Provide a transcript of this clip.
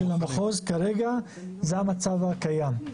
של המחוז כרגע זה המצב הקיים.